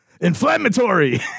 Inflammatory